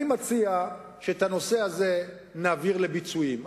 אני מציע שאת הנושא הזה נעביר לביצועים.